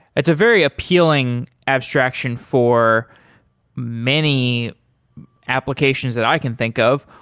it's a very appealing abstraction for many applications that i can think of.